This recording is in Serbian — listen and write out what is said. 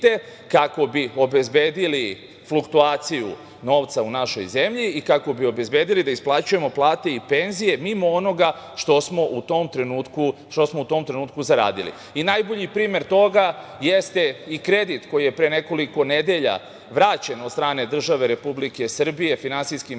kako bi obezbedili fluktuaciju novca u našoj zemlji i kako bi obezbedili da isplaćujemo plate i penzije mimo onoga što smo u tom trenutku zaradili. Najbolji primer toga jeste i kredit koji je pre nekoliko nedelja vraćen od strane države Republike Srbije finansijskim institucijama,